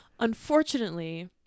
Unfortunately